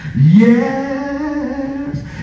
Yes